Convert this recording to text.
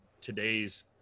today's